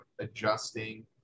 adjusting